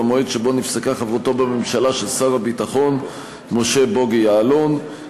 במועד שבו נפסקה חברותו בממשלה של שר הביטחון משה בוגי יעלון,